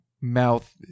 mouth